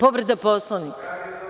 Povreda Poslovnika?